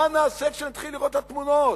מה נעשה כשנתחיל לראות את התמונות?